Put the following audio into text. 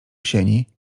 sieni